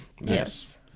Yes